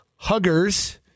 huggers